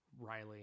Riley